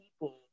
people